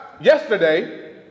yesterday